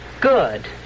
Good